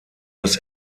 das